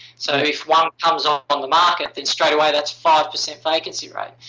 so, if one comes off from the market, then straight away, that's five percent vacancy rate.